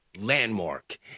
landmark